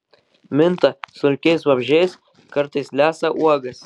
minta smulkiais vabzdžiais kartais lesa uogas